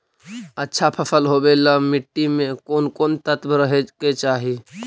अच्छा फसल होबे ल मट्टी में कोन कोन तत्त्व रहे के चाही?